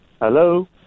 Hello